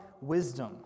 wisdom